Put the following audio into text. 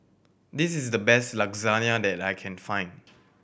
this is the best Lasagne that I can find